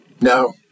No